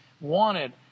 wanted